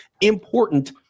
important